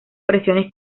presiones